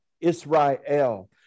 Israel